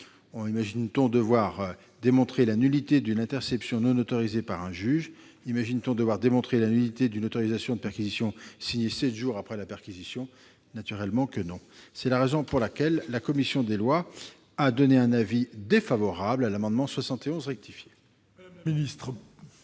Imagine-t-on devoir démontrer la nullité d'une interception non autorisée par un juge ? Imagine-t-on devoir démontrer la nullité d'une autorisation de perquisition signée sept jours après la perquisition ? Naturellement, la réponse est non. C'est la raison pour laquelle la commission des lois émet un avis défavorable sur l'amendement n° 71 rectifié. Quel est